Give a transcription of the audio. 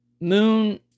Moon